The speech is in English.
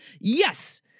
Yes